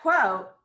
quote